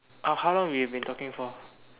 uh how long we've been talking for